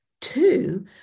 Two